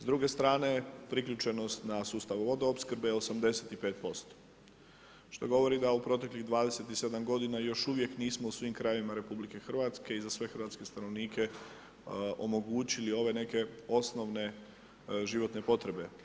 S druge strane, priključenost na sustavu vodoopskrbe je 85% što govori da u proteklih 27 godina još uvijek nismo u svim krajevima RH i za sve hrvatske stanovnike omogućili ove neke osnovne životne potrebe.